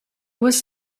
was